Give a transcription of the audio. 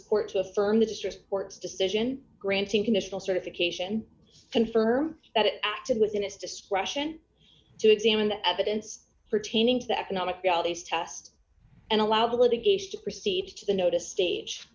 support to affirm the district court's decision granting conditional certification confirm that it acted within its discretion to examine the evidence pertaining to the economic realities test and allow the litigation to proceed to the notice stage